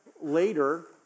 later